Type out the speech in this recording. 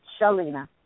Shalina